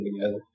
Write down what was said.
together